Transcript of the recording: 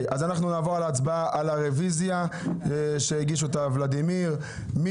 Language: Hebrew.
אנחנו נעבור להצבעה על הרוויזיה שהגישו ולדימיר בליאק וזאב אלקין.